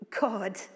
God